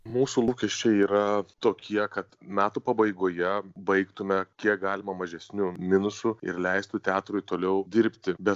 mūsų lūkesčiai yra tokie kad metų pabaigoje baigtume kiek galima mažesniu minusu ir leistų teatrui toliau dirbti be